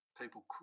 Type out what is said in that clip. people